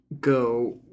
go